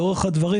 לאורך הדברים